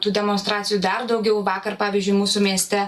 tų demonstracijų dar daugiau vakar pavyzdžiui mūsų mieste